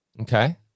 Okay